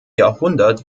jahrhundert